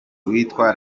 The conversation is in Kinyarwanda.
witwa